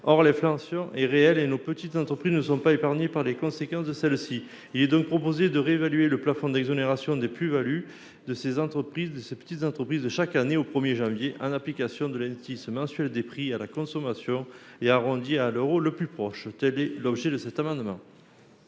Or l'inflation est réelle et nos petites entreprises ne sont pas épargnées par ses conséquences. Il est donc proposé de réévaluer le plafond d'exonération des plus-values de ces petites entreprises chaque année, au 1 janvier, en application de l'indice mensuel des prix à la consommation et en arrondissant à l'euro le plus proche. La parole est à M.